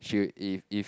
she'll if if